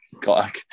got